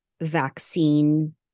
vaccine